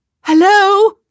Hello